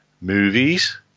movies